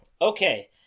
Okay